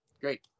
great